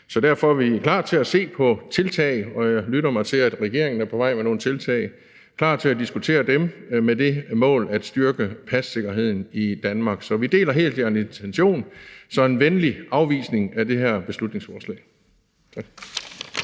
så derfor er vi klar til at se på og diskutere tiltag – og jeg lytter mig til, at regeringen er på vej med nogle tiltag – med det mål at styrke passikkerheden i Danmark. Så vi deler helt intentionen, så det bliver en venlig afvisning af det her beslutningsforslag.